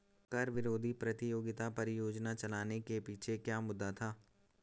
कर विरोधी प्रतियोगिता परियोजना चलाने के पीछे क्या मुद्दा था?